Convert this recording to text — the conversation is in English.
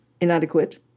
inadequate